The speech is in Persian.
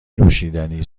نوشیدنی